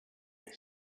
that